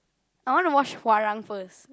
I want to watch Hwarang first